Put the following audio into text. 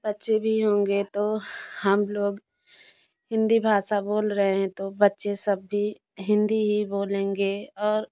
बच्चे भी होंगे तो हम लोग हिंदी भाषा बोल रहे हैं तो बच्चे सब भी हिंदी ही बोलेंगे और